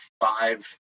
five